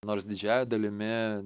nors didžiąja dalimi